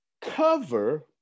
cover